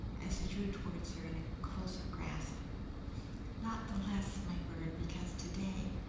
and she drew towards her in a closer grasp not the less, my bird, because, to-day,